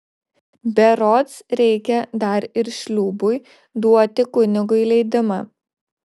berods reikia dar ir šliūbui duoti kunigui leidimą